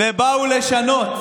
ובאו לשנות.